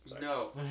No